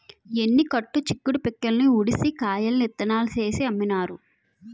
ఎన్ని కట్టు చిక్కుడు పిక్కల్ని ఉడిసి కాయల్ని ఇత్తనాలు చేసి అమ్మినారు